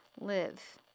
live